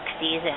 season